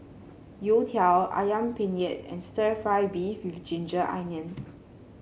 youtiao ayam penyet and stir fry beef with Ginger Onions